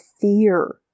fear